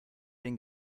den